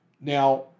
Now